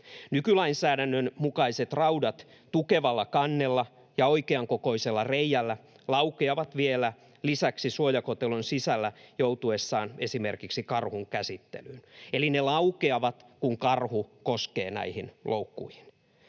Nykylainsäädännön mukaiset raudat tukevalla kannella ja oikeankokoisella reiällä laukeavat vielä lisäksi suojakotelon sisällä joutuessaan esimerkiksi karhun käsittelyyn, eli ne laukeavat, kun karhu koskee näihin loukkuihin.